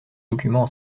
documents